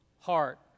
heart